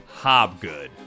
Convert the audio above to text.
Hobgood